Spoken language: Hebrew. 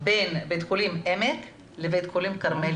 בין בית החולים העמק לבית החולים כרמל בחיפה?